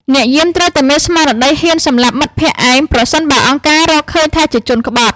អ្នកយាមត្រូវតែមានស្មារតីហ៊ានសម្លាប់មិត្តភក្តិឯង ប្រសិនបើអង្គការរកឃើញថាជាជនក្បត់។